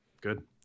Good